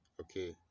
okay